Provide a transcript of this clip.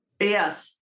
Yes